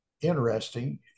interesting